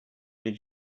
did